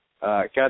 got